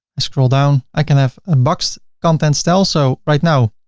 i scroll down. i can have a boxed content style so right now,